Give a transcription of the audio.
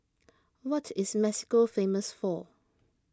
what is Mexico famous for